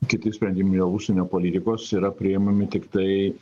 kiti sprendimai dėl užsienio politikos yra priimami tiktai